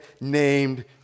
named